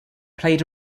played